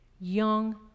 young